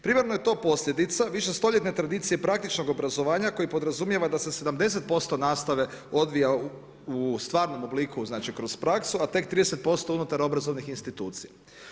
Primarno je to posljedica višestoljetne tradicije praktičnog obrazovanja, koji podrazumijeva, da se 70% nastave odvija u stvarnom obliku, znači kroz praksu a tek 30% unutar obrazovnih institucija.